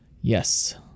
Yes